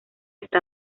está